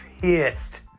pissed